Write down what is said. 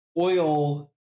oil